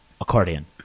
accordion